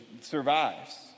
survives